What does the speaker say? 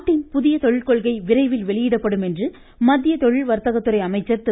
நாட்டின் புதிய தொழில்கொள்கை விரைவில் வெளியிடப்படும் என்று மத்திய தொழில் வர்த்தகத்துறை அமைச்சர் திரு